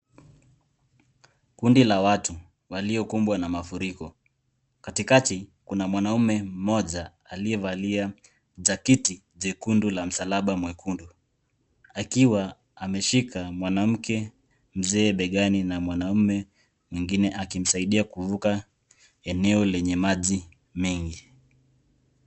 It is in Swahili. Kundi la watu waliokumbwa na mafuriko. Katikati, kuna mwanamme mmoja aliyevalia jaketi jekundu la msalaba mwekundu, akiwa ameshika mwanamke mzee begani na mwanamme mwingine akimsaidia kuvuka eneo lenye maji mengi.